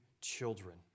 children